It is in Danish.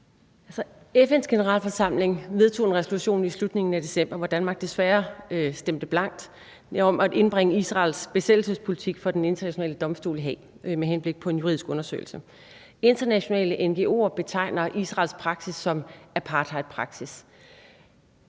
FN's Generalforsamling vedtog en resolution i slutningen af december, hvor Danmark desværre stemte blankt, om at indbringe Israels besættelsespolitik for Den Internationale Domstol i Haag med henblik på en juridisk undersøgelse. Internationale ngo'er betegner Israels praksis som apartheidpraksis.